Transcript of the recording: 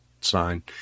sign